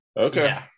Okay